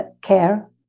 care